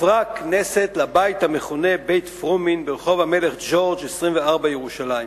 עברה הכנסת לבית המכונה בית-פרומין ברחוב המלך ג'ורג' 24 בירושלים.